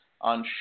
on